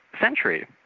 century